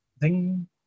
Ding